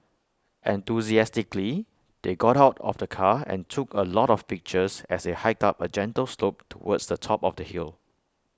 enthusiastically they got out of the car and took A lot of pictures as they hiked up A gentle slope towards the top of the hill